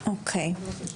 אוקי,